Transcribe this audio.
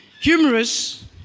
humorous